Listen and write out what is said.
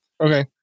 okay